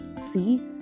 See